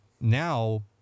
now